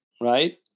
right